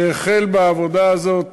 שהחל בעבודה הזאת